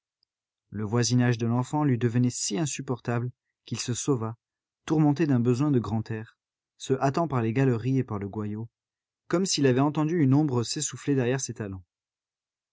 le voisinage de l'enfant lui devenait si insupportable qu'il se sauva tourmenté d'un besoin de grand air se hâtant par les galeries et par le goyot comme s'il avait entendu une ombre s'essouffler derrière ses talons